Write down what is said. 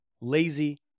lazy